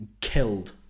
killed